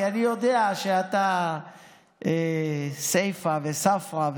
כי אני יודע שאתה סייפא וספרא,